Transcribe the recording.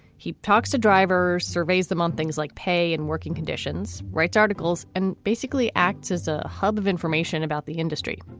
he talks to drivers surveys them on things like pay and working conditions. writes articles and basically acts as a hub of information about the industry.